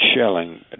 shelling